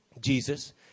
Jesus